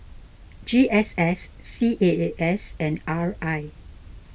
G S S C A A S and R I